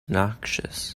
noxious